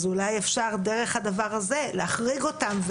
אז אולי אפשר דרך הדבר הזה להחריג אותם,